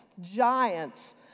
Giants